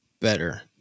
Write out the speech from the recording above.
Better